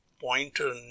pointer